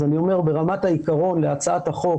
אז אני אומר, ברמת העיקרון להצעת החוק